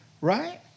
right